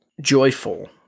joyful